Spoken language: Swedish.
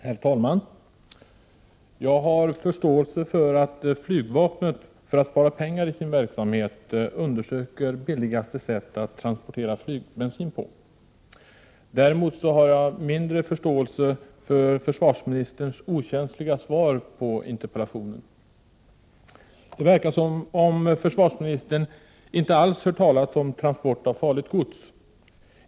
Herr talman! Jag har förståelse för att flygvapnet för att spara pengar i sin verksamhet undersöker vilket sätt som är det billigaste när det gäller att transportera flygbensin. Däremot har jag mindre förståelse för försvarsministerns okänsliga svar på Anders Castbergers interpellation. Det verkar som om försvarsministern inte alls har hört talas om transport av farligt gods.